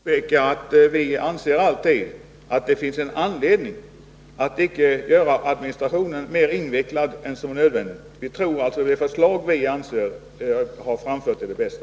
Herr talman! Jag vill bara påpeka att vi anser att det alltid finns anledning att inte göra administrationen mer invecklad än nödvändigt. Och vi tror att det förslag som vi har framfört är det bästa.